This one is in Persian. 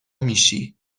میشی